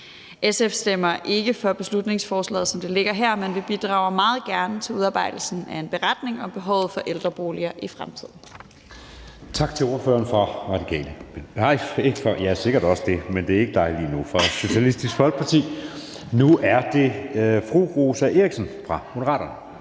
SF stemmer ikke for beslutningsforslaget, som det ligger her, men vi bidrager meget gerne til udarbejdelsen af en beretning om behovet for ældreboliger i fremtiden.